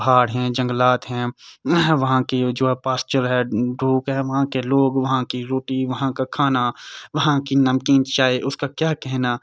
پہاڑ ہیں جنگلات ہیں وہاں کی جو پاسچر ہے ڈروک ہے وہاں کے لوگ وہاں کی روٹی وہاں کا کھانا وہاں کی نمکین چائے اس کا کیا کہنا